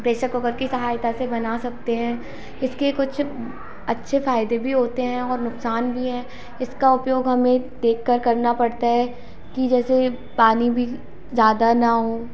pressure cooker की सहायता से बना सकते हैं इसके कुछ अच्छे फायदे भी होते हैं और नुकसान भी हैं इसका उपयोग हमें देखकर करना पड़ता है कि जैसे पानी भी ज्यादा न हो